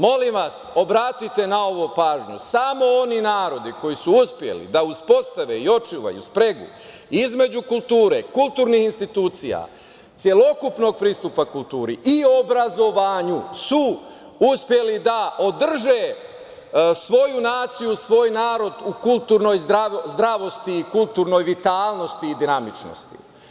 Molim vas, obratite na ovo pažnju, samo oni narodi koji su uspeli da uspostave i očuvaju spregu između kulture, kulturnih institucija, celokupnog pristupa kulturi i obrazovanju su uspeli da održe svoju naciju, svoj narod u kulturnoj zdravosti i kulturnoj vitalnosti i dinamičnosti.